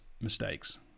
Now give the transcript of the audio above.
mistakes